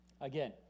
Again